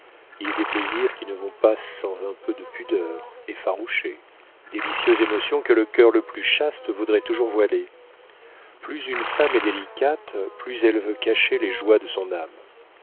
il est des plaisirs qui ne vont pas sans un peu de pudeur effarouchée délicieuses émotions que le coeur le plus chaste voudrait toujours voiler plus une femme est délicate plus elle veut cacher les joies de son âme